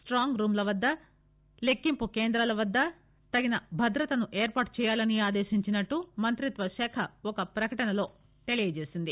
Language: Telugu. స్లాంగ్ రూంల వద్ద లెక్కింపు కేంద్రాల వద్ద తగిన భద్రతను ఏర్పాటు చేయాలని ఆదేశించినట్లు మంత్రిత్వశాఖ ఒక ప్రకటనలో తెలిపింది